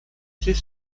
ses